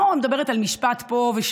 אני לא מדברת על משפט פה ושם,